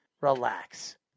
Relax